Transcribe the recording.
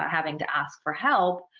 having to ask for help,